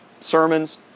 sermons